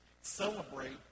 Celebrate